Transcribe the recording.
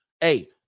hey